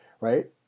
right